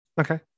okay